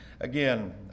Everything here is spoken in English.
Again